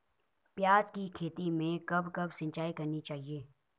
प्याज़ की खेती में कब कब सिंचाई करनी चाहिये?